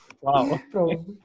Wow